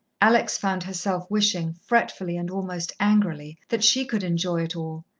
alex found herself wishing, fretfully and almost angrily, that she could enjoy it all.